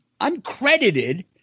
uncredited